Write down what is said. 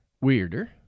weirder